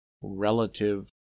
relative